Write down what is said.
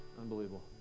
Unbelievable